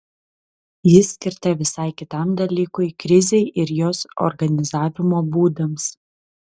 ji skirta visai kitam dalykui krizei ir jos organizavimo būdams